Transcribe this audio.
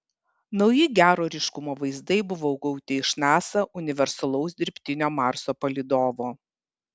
nauji gero ryškumo vaizdai buvo gauti iš nasa universalaus dirbtinio marso palydovo